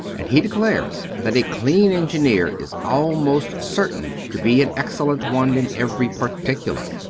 and he declares that a clean engineer is almost certain to be an excellent one in every particular.